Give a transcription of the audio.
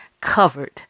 covered